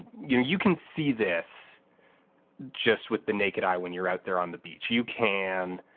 you know, you can see this just with the naked eye when you're out there on the beach. you can